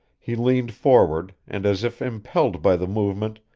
he leaned forward, and as if impelled by the movement,